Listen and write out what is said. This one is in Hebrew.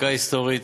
חקיקה היסטורית,